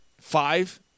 Five